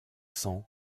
cents